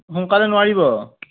সোনকালে নোৱাৰিব